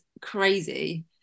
crazy